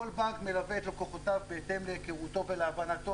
כל בנק מלווה את לקוחותיו בהתאם להיכרותו ולהבנתו